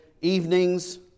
evenings